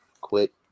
quit